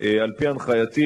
וכפי שאמרתי,